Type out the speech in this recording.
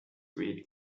read